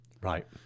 Right